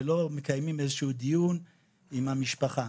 ולא מקיימים איזשהו דיון עם המשפחה.